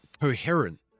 coherent